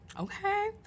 Okay